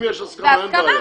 אם יש הסכמה אין בעיה.